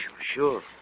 sure